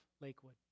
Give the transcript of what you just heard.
Lakewood